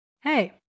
hey